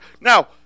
Now